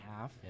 half